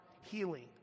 healing